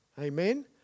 Amen